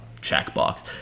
checkbox